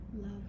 love